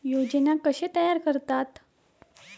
योजना कशे तयार करतात?